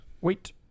Wait